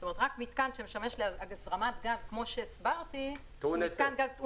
זאת אומרת רק מתקן שמשמש להזרמת גז כמו שהסברתי הוא טעון היתר,